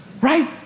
right